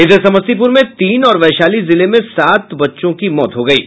उधर समस्तीपुर में तीन और वैशाली जिले में सात बच्चों की मौत हो गयी है